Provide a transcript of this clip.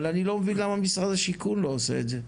אבל אני לא מבין למה משרד השיכון לא עושה את זה.